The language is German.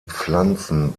pflanzen